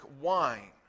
wine